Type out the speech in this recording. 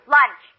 Lunch